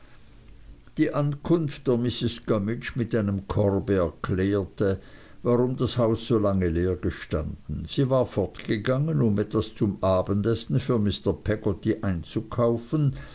die ankunft der mrs gummidge mit einem korbe erklärte warum das haus so lange leer gestanden sie war fortgegangen um etwas zum abendessen für mr peggotty einzukaufen